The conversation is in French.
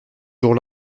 jour